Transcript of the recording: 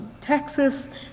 Texas